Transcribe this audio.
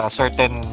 certain